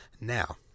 Now